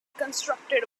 constructed